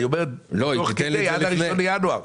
אומרת שזה יהיה תוך כדי, עד 1 בינואר.